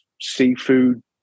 seafood